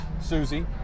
Susie